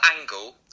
angle